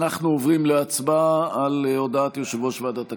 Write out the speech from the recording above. אנחנו עוברים להצבעה על הודעת יושב-ראש ועדת הכנסת.